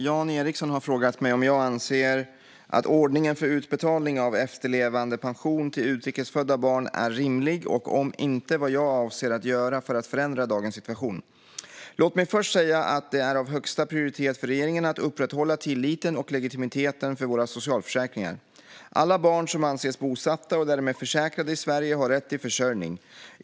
Fru talman! har frågat mig om jag anser att ordningen för utbetalning av efterlevandepension till utrikes födda barn är rimlig och, om inte, vad jag avser att göra för att förändra dagens situation. Låt mig först säga att det är av högsta prioritet för regeringen att upprätthålla tilliten och legitimiteten för våra socialförsäkringar. Alla barn som anses bosatta, och därmed försäkrade, i Sverige har rätt till försörjning.